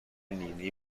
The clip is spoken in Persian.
نینی